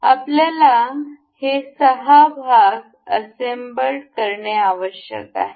आपल्याला हे सहा भाग असेंबलड करणे आवश्यक आहे